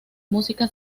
música